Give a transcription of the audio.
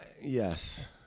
Yes